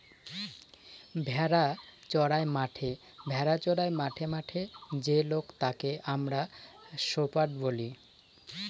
ভেড়া চোরাই মাঠে মাঠে যে লোক তাকে আমরা শেপার্ড বলি